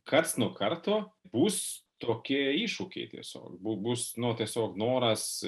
karts nuo karto bus tokie iššūkiai tiesiog bu bus nu tiesiog noras